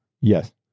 Yes